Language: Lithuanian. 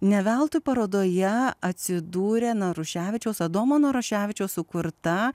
ne veltui parodoje atsidūrė naruševičiaus adomo naruševičiaus sukurta